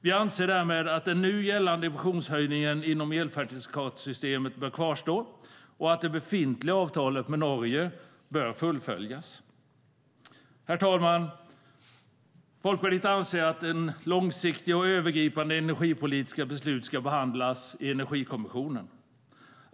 Vi anser därmed att den nu gällande ambitionshöjningen inom elcertifikatssystemet bör kvarstå och att det befintliga avtalet med Norge bör fullföljas. Herr talman! Folkpartiet anser att långsiktiga och övergripande energipolitiska beslut ska behandlas i Energikommissionen.